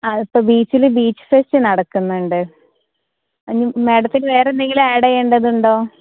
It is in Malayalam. ആ ഇപ്പോൾ ബീച്ചിൽ ബീച്ച് ഫെസ്റ്റ് നടക്കുന്നുണ്ട് ഇനി മാഡത്തിന് വേറെ എന്തെങ്കിലും ആഡ് ചെയ്യേണ്ടതുണ്ടോ